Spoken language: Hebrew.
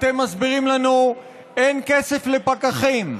אתם מסבירים לנו: אין כסף לפקחים.